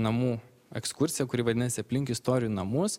namų ekskursija kuri vadinasi aplink istorijų namus